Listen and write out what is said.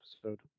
episode